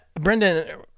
Brendan